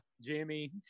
Jimmy